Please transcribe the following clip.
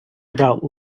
about